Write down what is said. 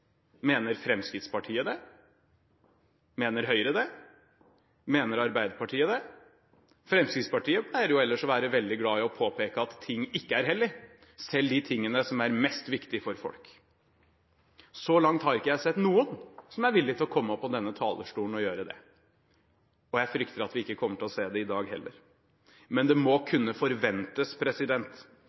Mener Fremskrittspartiet det? Mener Høyre det? Mener Arbeiderpartiet det? Fremskrittspartiet pleier jo ellers å være veldig glad i å påpeke at ting ikke er hellige, selv de tingene som er mest viktig for folk. Så langt har ikke jeg sett noen som er villig til å komme opp på denne talerstolen og gjøre det, og jeg frykter at vi ikke kommer til å se det i dag heller. Men i et opplyst samfunn, i år 2013, bør det kunne forventes